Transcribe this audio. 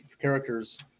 characters